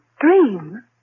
Dream